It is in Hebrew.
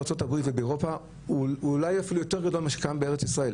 בארה"ב ובאירופה הוא אפילו אולי יותר גדול מאשר בארץ ישראל,